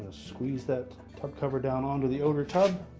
squeeze that tub cover down onto the outer tub